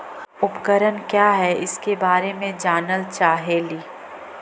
उपकरण क्या है इसके बारे मे जानल चाहेली?